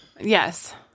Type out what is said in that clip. yes